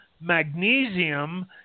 magnesium